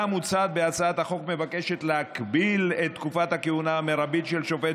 המוצעת בהצעת החוק מבקשת להקביל את תקופת הכהונה המרבית של שופט